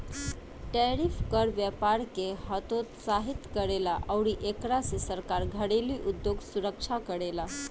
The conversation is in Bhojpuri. टैरिफ कर व्यपार के हतोत्साहित करेला अउरी एकरा से सरकार घरेलु उधोग सुरक्षा करेला